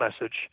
message